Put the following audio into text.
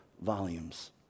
volumes